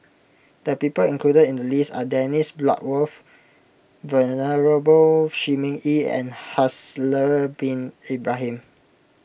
the people included in the list are Dennis Bloodworth Venerable Shi Ming Yi and Haslir Bin Ibrahim